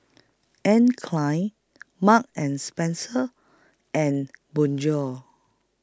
Anne Klein Marks and Spencer and Bonjour